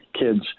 kids